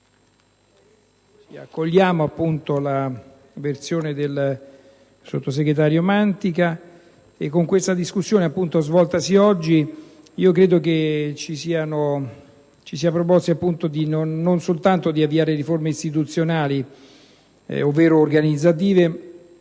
propostaci dal sottosegretario Mantica. Con la discussione svoltasi oggi, credo che ci si sia proposti non soltanto di avviare riforme istituzionali ovvero organizzative, ma